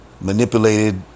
manipulated